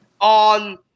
on